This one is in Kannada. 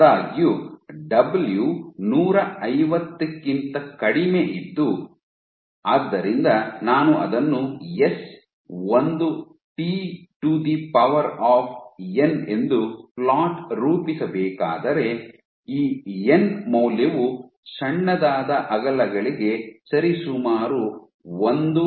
ಆದಾಗ್ಯೂ ಡಬ್ಲ್ಯೂ ನೂರ ಐವತ್ತಕ್ಕಿಂತ ಕಡಿಮೆ ಇದ್ದು ಆದ್ದರಿಂದ ನಾನು ಅದನ್ನು ಎಸ್ ಒಂದು T to the power of N ಎಂದು ಫ್ಲೋಟ್ ರೂಪಿಸಬೇಕಾದರೆ ಈ ಎನ್ ಮೌಲ್ಯವು ಸಣ್ಣದಾದ ಅಗಲಗಳಿಗೆ ಸರಿಸುಮಾರು 1